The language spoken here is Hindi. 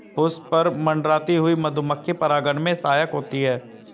पुष्प पर मंडराती हुई मधुमक्खी परागन में सहायक होती है